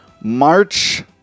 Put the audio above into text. March